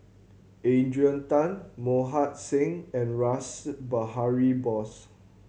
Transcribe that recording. Adrian Tan Mohan Singh and Rash Behari Bose